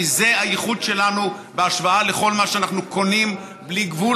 כי זה הייחוד שלנו בהשוואה לכל מה שאנחנו קונים בלי גבול,